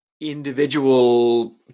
individual